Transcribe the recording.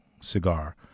Cigar